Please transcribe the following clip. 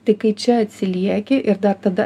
tai kai čia atsilieki ir dar tada